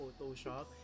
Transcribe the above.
photoshop